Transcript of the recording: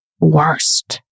worst